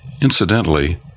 Incidentally